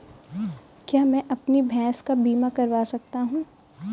क्या मैं अपनी भैंस का बीमा करवा सकता हूँ?